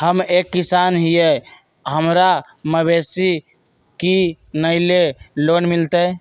हम एक किसान हिए हमरा मवेसी किनैले लोन मिलतै?